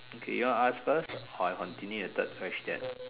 okay you want to ask first or I continue the third question